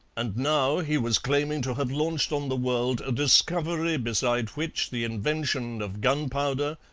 and now he was claiming to have launched on the world a discovery beside which the invention of gunpowder,